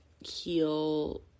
heal